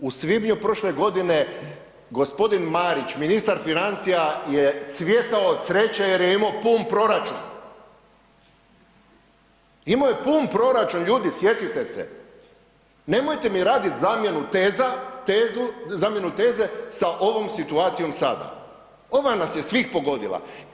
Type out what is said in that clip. U svibnju prošle godine g. Marić, ministar financija je cvjetao od sreće jer je imo pun proraču, imo je pun proračun, ljudi sjetite se, nemojte mi radit zamjenu teza, tezu, zamjenu teze sa ovom situaciju sada, ova nas je svih pogodila.